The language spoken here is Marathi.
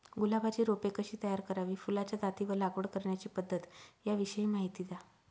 गुलाबाची रोपे कशी तयार करावी? फुलाच्या जाती व लागवड करण्याची पद्धत याविषयी माहिती द्या